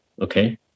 okay